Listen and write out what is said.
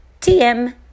TM